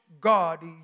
God